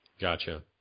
Gotcha